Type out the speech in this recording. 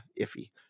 iffy